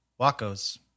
Wacos